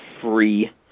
free